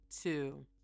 two